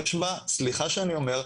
סליחה שאני אומר,